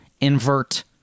invert